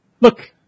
look